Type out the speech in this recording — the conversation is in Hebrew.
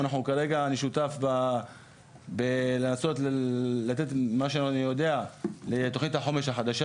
כרגע אני שותף בלתת מה שאני יודע לתכנית החומש החדשה,